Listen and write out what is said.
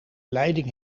leiding